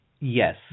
yes